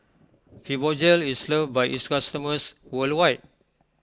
Fibogel is loved by its customers worldwide